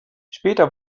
später